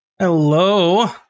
Hello